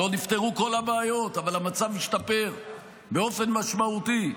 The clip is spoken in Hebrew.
לא נפתרו כל הבעיות אבל המצב משתפר באופן משמעותי.